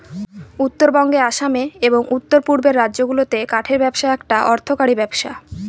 উত্তরবঙ্গে আসামে এবং উত্তর পূর্বের রাজ্যগুলাতে কাঠের ব্যবসা একটা অর্থকরী ব্যবসা